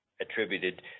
attributed